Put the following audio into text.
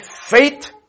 faith